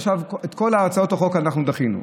עכשיו את כל הצעות החוק אנחנו דחינו,